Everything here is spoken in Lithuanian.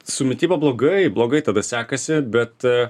su mityba blogai blogai tada sekasi bet